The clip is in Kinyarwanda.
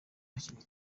hakiri